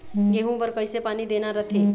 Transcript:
गेहूं बर कइसे पानी देना रथे?